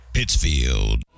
Pittsfield